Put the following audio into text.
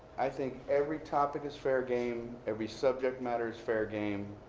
i think every topic is fair game. every subject matter is fair game.